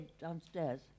downstairs